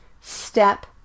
step